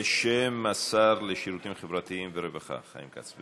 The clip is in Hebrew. בבקשה בשם השר לשירותים חברתיים ורווחה חיים כץ.